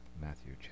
Matthew